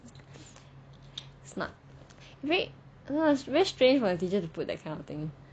smart very no it's very straight for a teacher to put that kind of thing